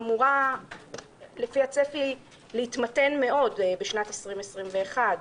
אמורה לפי הצפי להתמתן מאוד בשנת 2021,